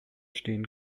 stehen